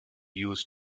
use